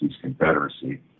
Confederacy